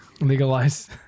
Legalize